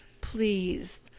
please